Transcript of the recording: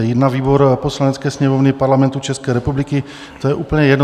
Jít na výbor Poslanecké sněmovny Parlamentu České republiky, to je úplně jedno.